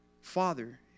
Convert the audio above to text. father